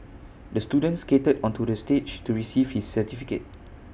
the student skated onto the stage to receive his certificate